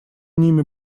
ними